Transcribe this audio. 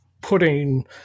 putting